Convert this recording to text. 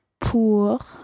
Pour